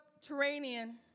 subterranean